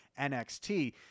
NXT